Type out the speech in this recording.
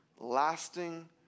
lasting